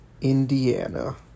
Indiana